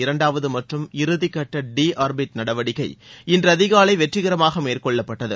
இரண்டாவது மற்றும் இறுதி கட்ட டி ஆர்பிட் நடவடிக்கை இன்று அதிகாலை வெற்றிகரமாக மேற்கொள்ளப்பட்டது